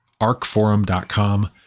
arcforum.com